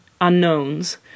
unknowns